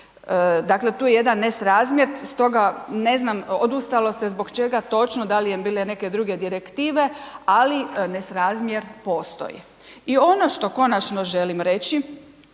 Dakle, tu je jedan nesrazmjer stoga ne znam odustalo se zbog čega točno dali je bilo neke druge direktive, ali nesrazmjer postoji. I ono što konačno želim reći,